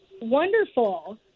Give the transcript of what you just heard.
Wonderful